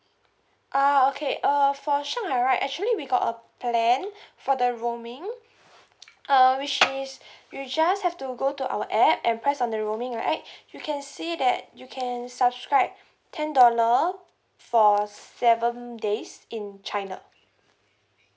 oh okay uh for shanghai right actually we got a plan for the rooming uh which is you just have to go to our app and press on the rooming right you can see that you can subscribe ten dollar for seven days in china